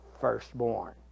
firstborn